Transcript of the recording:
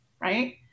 Right